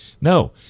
No